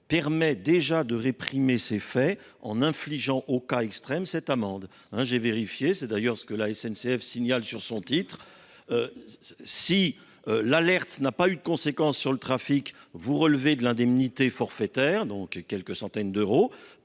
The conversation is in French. permet déjà de réprimer ces faits en infligeant aux cas extrêmes cette sanction. J’ai vérifié. C’est d’ailleurs ce que la SNCF signale sur les titres. Si l’alerte n’a pas eu de conséquences sur le trafic, l’oubli relève de l’indemnité forfaitaire, soit quelques centaines d’euros.